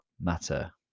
matter